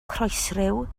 croesryw